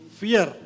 fear